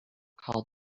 call